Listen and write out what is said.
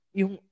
yung